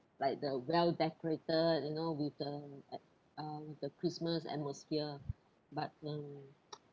like the well decorated you know with the like um with the christmas atmosphere but um